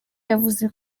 yavuze